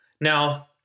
Now